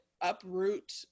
uproot